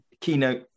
keynote